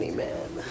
man